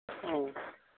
अ